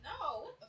No